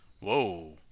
Whoa